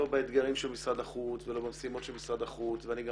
לא באתגרים של משרד החוץ ולא במשימות של משרד החוץ ואני גם